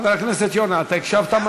חבר הכנסת יונה, אתה הקשבת?